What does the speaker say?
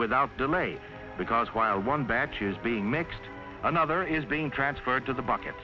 without delay because while one batch is being mixed another is being transferred to the bucket